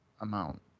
amount